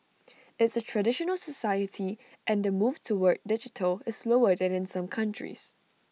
it's A traditional society and the move toward digital is slower than in some countries